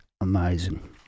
amazing